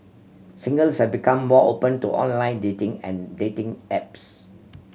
singles have become more open to online dating and dating apps